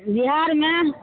बिहारमे